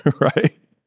right